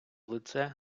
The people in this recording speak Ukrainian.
лице